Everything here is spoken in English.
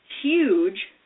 huge